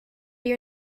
your